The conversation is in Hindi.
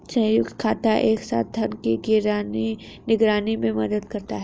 संयुक्त खाता एक साथ धन की निगरानी में मदद करता है